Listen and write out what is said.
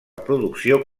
producció